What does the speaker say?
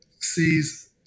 sees